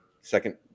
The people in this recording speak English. second